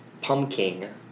Pumpkin